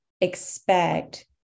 expect